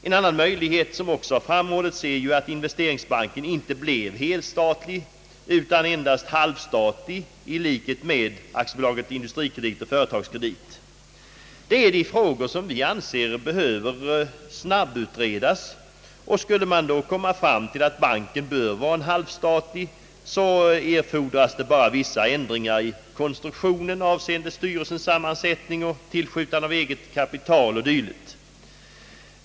En annan möjlighet, som även har framhållits, är att investeringsbanken inte blir helstatlig utan endast halvstatlig i likhet med Aktiebolaget Industrikredit och Aktiebolaget Företagskredit. Vi anser att dessa frågor behöver snabbutredas. Skulle man då komma fram till att banken bör vara halvstatlig, erfordras endast vissa ändringar i konstruktionen avseende styrelsens sammansättning, tillskjutandet av eget kapital o. d.